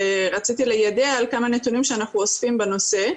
ורציתי ליידע על כמה נתונים שאנחנו אוספים בנושא.